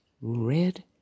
red